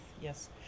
Yes